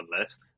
list